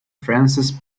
francis